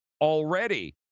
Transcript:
already